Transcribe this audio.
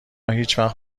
هیچوقت